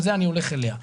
על זה אני הולך אליה.